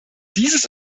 dieses